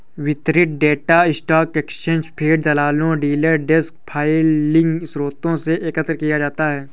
वितरित data stock exchange feed, दलालों, dealer desk filing स्रोतों से एकत्र किया जाता है